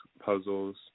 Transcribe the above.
puzzles